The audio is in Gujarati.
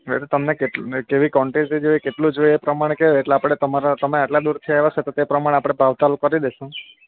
તમને કેટલું ને કેવી કોન્ટીટી જોઈયે કેટલું જોઈયે એ પ્રમાણે કેહ એટલે આપડે તમારા તમે આટલા દૂરથી આવ્યા છો તો એ પ્રમાણે ભાવતાલ કરી દેશું